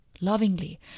lovingly